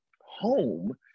Home